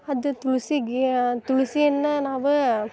ಅದು ತುಳ್ಸಿ ಗಿಯ ತುಳ್ಸಿಯನ್ನ ನಾವು